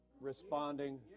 responding